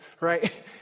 right